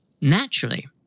Naturally